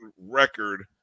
record